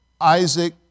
Isaac